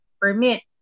permit